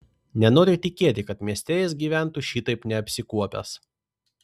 nenoriu tikėti kad mieste jis gyventų šitaip neapsikuopęs